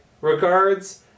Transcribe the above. regards